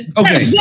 okay